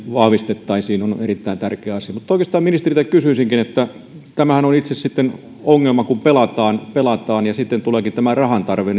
vahvistettaisiin on erittäin tärkeä asia mutta oikeastaan ministerille toteaisin hieman toisesta asiasta että tämähän on itsessään ongelma kun pelataan ja sitten tuleekin rahantarve